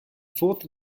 fourth